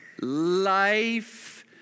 Life